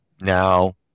now